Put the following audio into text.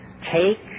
take